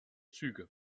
züge